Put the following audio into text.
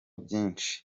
byinshi